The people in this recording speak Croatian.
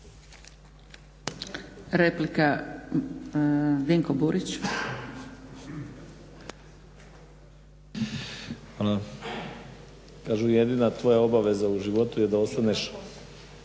Hvala. Kažu jedina tvoja obaveza u životu je da ostaneš